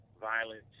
violence